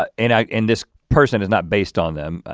ah and and this person is not based on them,